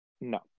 No